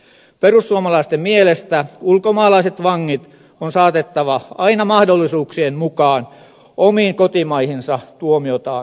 perussuomalaisten mielestä ulkomaalaiset vangit on saatettava aina mahdollisuuksien mukaan omiin kotimaihinsa tuomiotaan istumaan